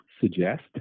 suggest